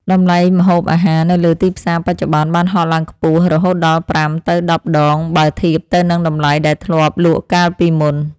តម្លៃម្ហូបអាហារនៅលើទីផ្សារបច្ចុប្បន្នបានហក់ឡើងខ្ពស់រហូតដល់ប្រាំទៅដប់ដងបើធៀបទៅនឹងតម្លៃដែលធ្លាប់លក់កាលពីមុន។